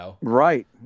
Right